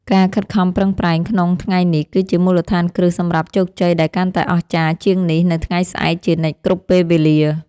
ការខិតខំប្រឹងប្រែងក្នុងថ្ងៃនេះគឺជាមូលដ្ឋានគ្រឹះសម្រាប់ជោគជ័យដែលកាន់តែអស្ចារ្យជាងនេះនៅថ្ងៃស្អែកជានិច្ចគ្រប់ពេលវេលា។